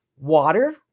water